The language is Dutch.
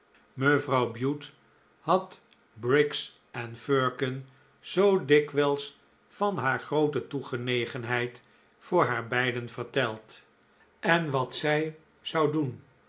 mevrouw bute had briggs en firkin zoo dikwijls van haar groote toegenegenheid voor haar beiden verteld en wat zij zou doen